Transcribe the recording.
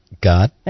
God